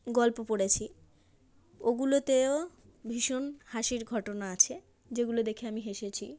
গল্প পড়েছি ওগুলোতেও ভীষণ হাসির ঘটনা আছে যেগুলো দেখে আমি হেসেছি